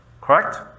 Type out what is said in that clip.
Correct